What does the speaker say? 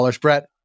Brett